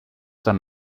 dann